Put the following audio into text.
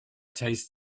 tastes